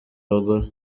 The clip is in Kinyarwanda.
abagore